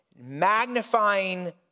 Magnifying